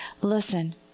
listen